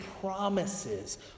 promises